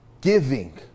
giving